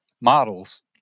models